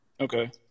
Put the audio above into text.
Okay